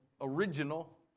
original